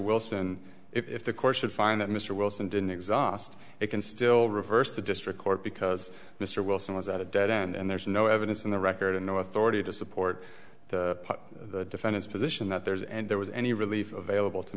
wilson if the court should find that mr wilson didn't exhaust it can still reverse the district court because mr wilson was at a dead end and there's no evidence in the record and no authority to support the defend his position that there is and there was any relief vailable to